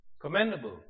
commendable